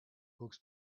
books